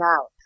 out